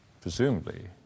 presumably